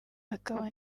akaba